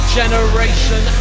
generation